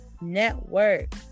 Network